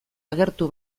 agertu